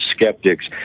skeptics